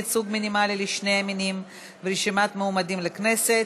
ייצוג מינימלי לשני המינים ברשימת מועמדים לכנסת)